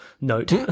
note